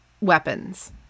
weapons